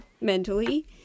mentally